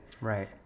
Right